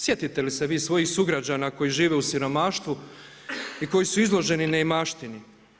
Sjetite li se vi svojih sugrađana koji žive u siromaštvu i koji su izloženi neimaštini?